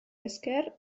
esker